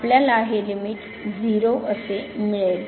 आपल्याला हे लिमिट 0 असे मिळेल